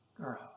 girl